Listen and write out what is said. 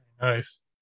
nice